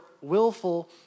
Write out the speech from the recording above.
willful